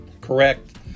Correct